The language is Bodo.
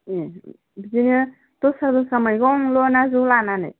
बिदिनो दस्रा दस्रा मैगंल' ना ज' लानानै